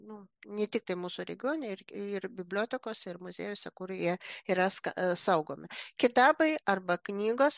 nu netiktai mūsų regione ir ir bibliotekose ir muziejuose kur jie ir ska saugomi kitabai arba knygos